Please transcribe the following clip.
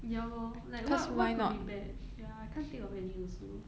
ya lor like what what could be bad ya I can't think of any also